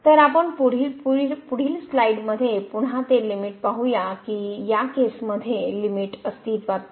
तर आपण पुढील स्लाइडमध्ये पुन्हा ते लिमिट पाहू कि या केसमध्ये लिमिट अस्तित्वात नाही